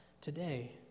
today